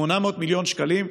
מאשרים 800 מיליון שקלים,